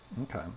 Okay